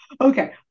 Okay